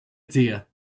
tear